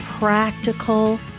Practical